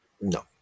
No